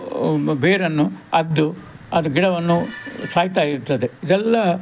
ಬೇರನ್ನು ಅಗೆದು ಅದು ಗಿಡವನ್ನು ಸಾಯ್ತ ಇರ್ತದೆ ಇದೆಲ್ಲಾ